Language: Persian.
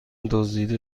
دزدیده